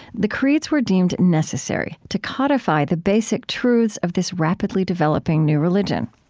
the creeds were deemed necessary to codify the basic truths of this rapidly developing new religion.